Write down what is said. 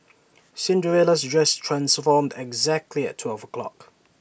Cinderella's dress transformed exactly at twelve o'clock